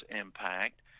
impact